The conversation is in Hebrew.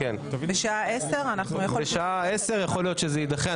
המיוחדת בשעה 10. יכול להיות שזה יידחה,